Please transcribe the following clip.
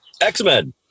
X-Men